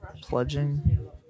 Pledging